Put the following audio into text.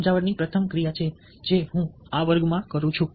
સમજાવટની આ પ્રથમ ક્રિયા છે જે હું આ વર્ગમાં કરું છું